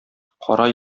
кара